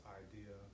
idea